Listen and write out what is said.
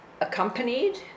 accompanied